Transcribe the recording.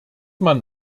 man